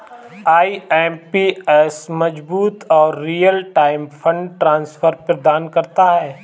IMPS मजबूत और real time fund transfer प्रदान करता है